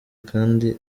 kandi